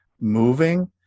moving